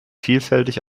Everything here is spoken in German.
vielfältig